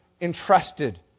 entrusted